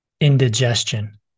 indigestion